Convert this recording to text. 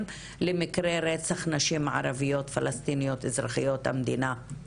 למקרי רצח נשים ערביות פלשתינאיות אזרחיות המדינה.